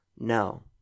No